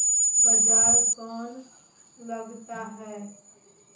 बाजार कौन लगाता है?